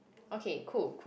okay cool cool